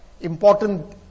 important